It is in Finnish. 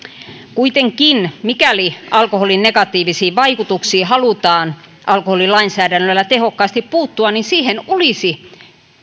kuitenkin mikäli alkoholin negatiivisiin vaikutuksiin halutaan alkoholilainsäädännöllä tehokkaasti puuttua niin siihen olisi